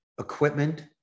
equipment